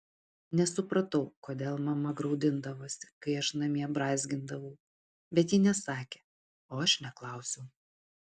nesupratau kodėl mama graudindavosi kai aš namie brązgindavau bet ji nesakė o aš neklausiau